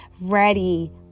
ready